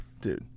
dude